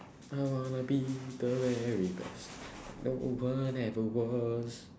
I wanna be the very best like no one ever was